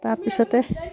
তাৰ পিছতে